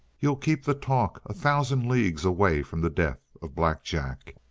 you'll keep the talk a thousand leagues away from the death of black jack.